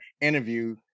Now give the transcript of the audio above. interview